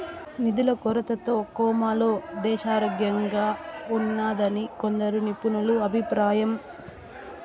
నిధుల కొరతతో కోమాలో దేశారోగ్యంఉన్నాదని కొందరు నిపుణుల అభిప్రాయం